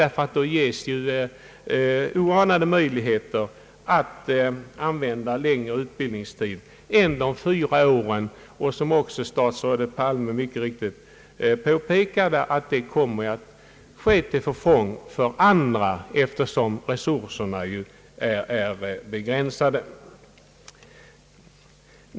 Då ges ju oanade möjligheter att använda längre utbildningstid än de fyra åren och — som också statsrådet Palme påpekade — det kommer att ske till förfång för andra, eftersom resurserna ju är begränsade.